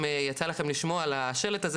אם יצא לכם לשמוע על השלט הזה,